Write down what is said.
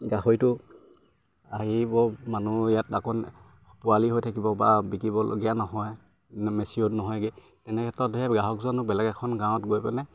গাহৰিটো আহিব মানুহ ইয়াত আকৌ পোৱালি হৈ থাকিব বা বিকিবলগীয়া নহয় মেচিঅত নহয়গে তেনেক্ষেত্ৰত গ্ৰাহকজন বেলেগ এখন গাঁৱত গৈ পিনে